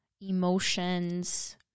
emotions